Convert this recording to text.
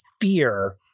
fear